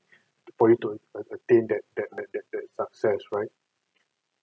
for them to at~ at~ attain that that that success right